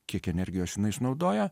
kiek energijos jinai sunaudoja